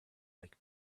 like